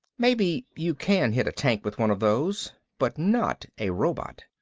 maybe you can hit a tank with one of those. but not a robot.